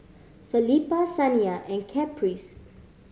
Felipa Saniyah and Caprice